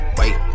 wait